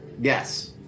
Yes